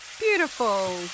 Beautiful